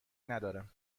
ندارم